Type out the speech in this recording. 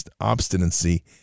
obstinacy